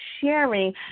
sharing